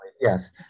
Yes